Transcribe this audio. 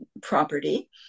property